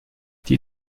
die